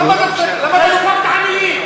למה, את העניים?